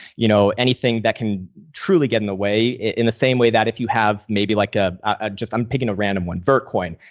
you know, anything that can truly get in the way. in the same way that if you have maybe like ah a just, i'm picking a random one, vertcoin,